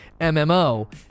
MMO